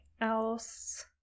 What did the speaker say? else